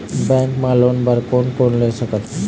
Bank मा loan बर कोन कोन ले सकथों?